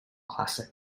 classic